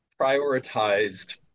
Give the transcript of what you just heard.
prioritized